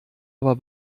aber